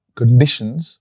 conditions